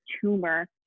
tumor